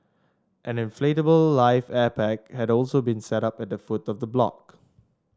an inflatable life air pack had also been set up at the food of the block